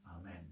amen